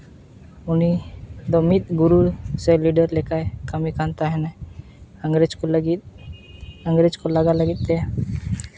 ᱩᱱᱤ ᱫᱚ ᱢᱤᱫ ᱜᱩᱨᱩ ᱥᱮ ᱞᱤᱰᱟᱹᱨ ᱞᱮᱠᱟᱭ ᱠᱟᱹᱢᱤ ᱠᱟᱱ ᱛᱟᱦᱮᱱᱟ ᱤᱝᱨᱮᱹᱡᱽ ᱠᱚ ᱞᱟᱹᱜᱤᱫ ᱤᱝᱨᱟᱹᱡᱽ ᱠᱚ ᱞᱟᱜᱟ ᱞᱟᱹᱜᱤᱫ ᱛᱮ